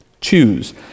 Choose